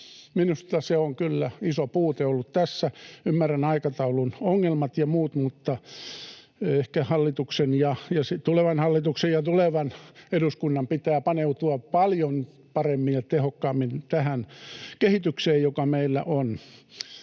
Minusta se on kyllä iso puute ollut tässä. Ymmärrän aikataulun ongelmat ja muut, mutta ehkä tulevan hallituksen ja tulevan eduskunnan pitää paneutua paljon paremmin ja tehokkaammin tähän kehitykseen, joka meillä on.